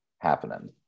happening